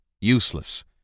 useless